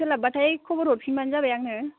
सोलाब्बाथाय खबर हरफिनबानो जाबाय आंनो